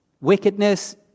wickedness